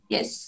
Yes